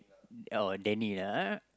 oh Danny lah ah